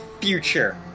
future